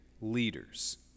leaders